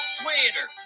twitter